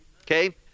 Okay